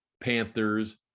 Panthers